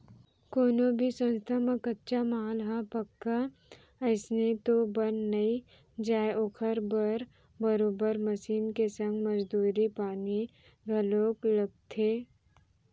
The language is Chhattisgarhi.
कोनो भी संस्था म कच्चा माल ह पक्का अइसने तो बन नइ जाय ओखर बर बरोबर मसीन के संग मजदूरी पानी घलोक लगथे